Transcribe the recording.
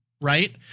Right